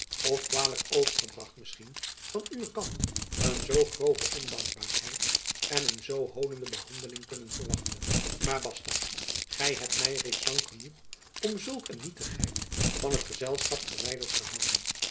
of kwalijk overgebracht misschien van uwen kant een zoo grove ondankbaarheid en een zoo honende behandeling kunnen verwachten maar jacob van lennep elizabeth musch basta gy hebt my reeds lang genoeg om zulk een nietigheid van het gezelschap verwijderd gehouden